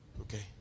Okay